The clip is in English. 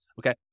Okay